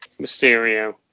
Mysterio